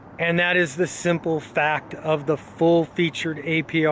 and that is the simple fact of the full-feature aprs.